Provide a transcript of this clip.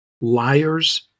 Liars